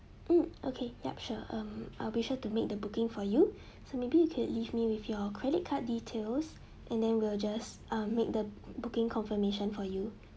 hmm okay yup sure um I'll be sure to make the booking for you so maybe you can leave me with your credit card details and then we'll just um make the booking confirmation for you